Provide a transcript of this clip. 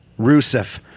Rusev